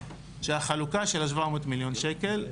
שהחלוקה של ה-700 מיליון שקלים,